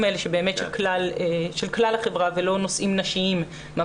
האלה של כלל החברה ולא נושאים נשיים.